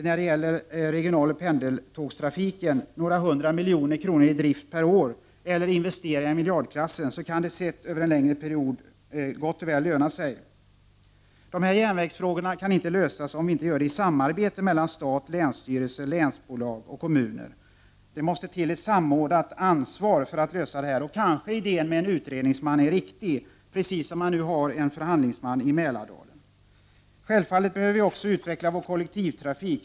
När det gäller regionaloch pendeltågstrafiken rör det sig om några hundra miljoner i driftskostnad per år, när det gäller investeringar några miljarder. Sett över en längre period kan det gott och väl löna sig. Dessa frågor rörande järnvägen kan inte få en lösning om vi inte får till stånd ett samarbete mellan stat, länsstyrelser, länsbolag och kommuner. Det måste till ett samordnat ansvar för att lösa dessa problem. Kanske är ideén om en utredningsman — precis som man nu har en förhandlingsman i Mälardalen — riktig. Självfallet behöver vi också utveckla vår kollektivtrafik.